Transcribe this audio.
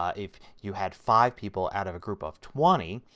ah if you had five people out of a group of twenty,